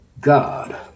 God